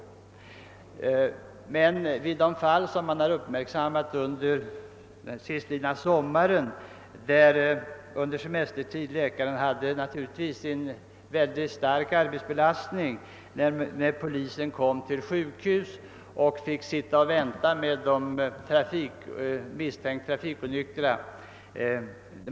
I de fall som uppmärksammades sistlidna sommar hade läkarna under semestertid naturligtvis en mycket stark arbetsbelastning när poliserna kom till sjukhus och fick vänta med de misstänkt trafikonyktra.